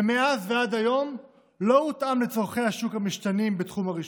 ומאז ועד היום לא הותאם לצורכי השוק המשתנים בתחום הרישוי.